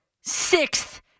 Sixth